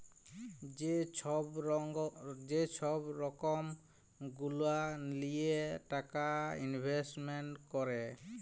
যে ছব রকম গুলা লিঁয়ে টাকা ইলভেস্টমেল্ট ক্যরে